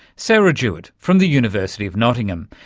sarah jewitt from the university of nottingham.